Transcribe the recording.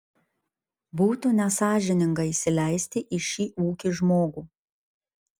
būtų nesąžininga įsileisti į šį ūkį žmogų